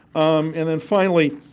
um and then finally,